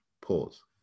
Pause